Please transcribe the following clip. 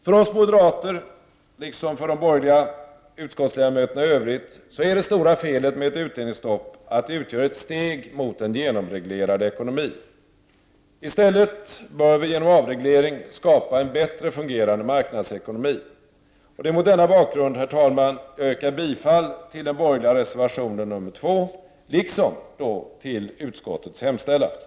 För oss moderater, liksom för de övriga borgerliga utskottsledamöterna, är det största felet med ett utdelningsstopp att det utgör ett steg mot en genomreglerad ekonomi. I stället bör vi genom avreglering skapa en bättre fungerande marknadsekonomi. Herr talman! Mot denna bakgrund yrkar jag bifall till den borgerliga reservationen nr 2, liksom till utskottets hemställan.